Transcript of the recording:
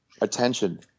attention